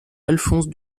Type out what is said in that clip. alphonse